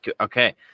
okay